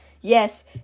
Yes